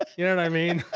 ah you know what i mean?